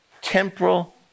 temporal